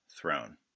Throne